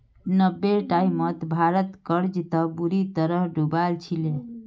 नब्बेर टाइमत भारत कर्जत बुरी तरह डूबाल छिले